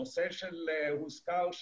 הנושא שהוזכר,